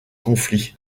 conflit